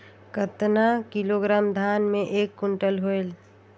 कतना किलोग्राम धान मे एक कुंटल होयल?